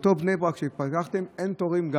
גם באותו מקום בבני ברק שפתחתם אין תורים.